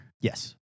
Yes